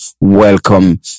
welcome